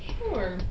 Sure